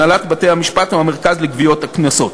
בהנהלת בתי-המשפט ובמרכז לגביית הקנסות.